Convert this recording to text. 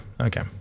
Okay